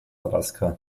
alaska